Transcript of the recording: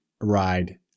ride